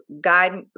guide